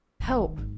Help